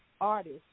artist